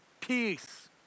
Peace